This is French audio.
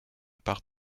parts